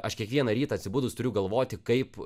aš kiekvieną rytą atsibudus turiu galvoti kaip